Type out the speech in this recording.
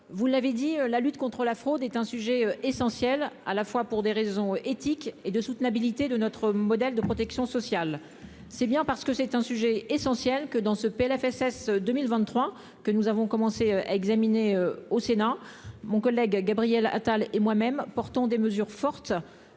vous l'avez dit, la lutte contre la fraude est un sujet essentiel à la fois pour des raisons éthiques et de soutenabilité de notre modèle de protection sociale, c'est bien parce que c'est un sujet essentiel que, dans ce PLFSS 2023, que nous avons commencé examiné au Sénat, mon collègue Gabriel Attal et moi-même portons des mesures fortes